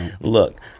Look